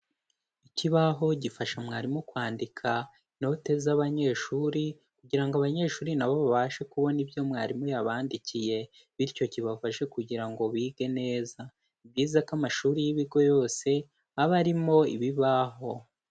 Ikibaho gifasha mwarimu kwandika note z'abanyeshuri kugira ngo abanyeshuri na bo babashe kubona ibyo mwarimu yabandikiye, bityo kibafashe kugira ngo bige neza. Ni byiza ko amashuri y'ibigo yose aba arimo ibibaho.